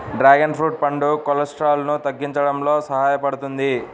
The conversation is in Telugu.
డ్రాగన్ ఫ్రూట్ పండు కొలెస్ట్రాల్ను తగ్గించడంలో సహాయపడుతుంది